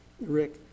Rick